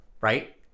right